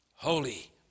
Holy